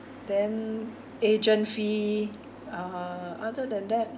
then agent fee uh other than that